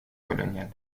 coloniale